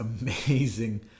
amazing